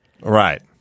Right